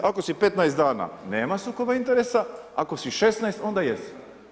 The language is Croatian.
Ako si 15 dana – nema sukoba interesa, ako si 16 – onda jesi.